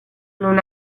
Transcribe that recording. non